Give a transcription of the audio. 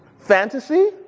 Fantasy